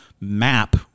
map